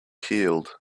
healed